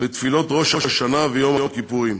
מתפילות ראש השנה ויום הכיפורים.